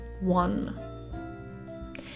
one